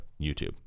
YouTube